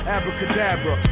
Abracadabra